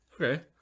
Okay